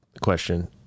question